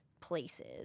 places